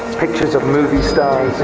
pictures of movie stars,